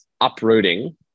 uprooting